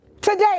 today